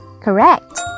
Correct